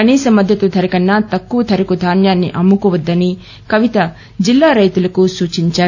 కనీస మద్దతు ధర కన్నా తక్కువ ధరకు ధాన్యాన్ని అమ్ము కోవద్దని కవిత జిల్లా రైతుకు సూచించారు